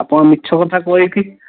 ଆପଣ ମିଛ କଥା କହିକି